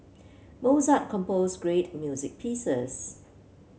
Mozart composed great music pieces